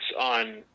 on